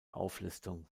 auflistung